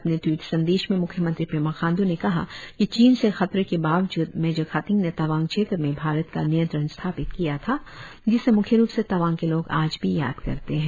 अपने ट्वीट संदेश में मुख्यमंत्री पेमा खाण्ड्र ने कहा कि चीन से खतरे के बावजूद मेजर खाथिंग ने तवांग क्षेत्र में भारत का नियंत्रन स्थापित किया था जिसे म्ख्यरुप से तवांग के लोग आज भी याद करते है